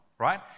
Right